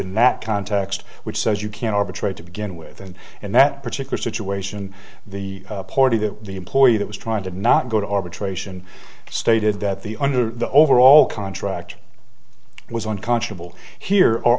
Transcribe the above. in that context which says you can't arbitrate to begin with and and that particular situation the party that the employee that was trying to not go to arbitration stated that the under the overall contract it was unconscionable here or